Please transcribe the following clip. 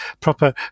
proper